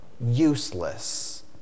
useless